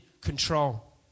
control